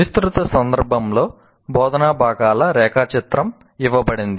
విస్తృత సందర్భంలో బోధనా భాగాల రేఖాచిత్రం ఇవ్వబడింది